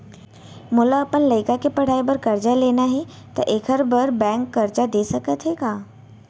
मोला अपन लइका के पढ़ई बर करजा लेना हे, त एखर बार बैंक करजा दे सकत हे का?